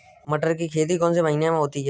मटर की खेती कौन से महीने में होती है?